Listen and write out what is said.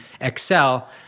excel